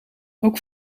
ook